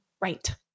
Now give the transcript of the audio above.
right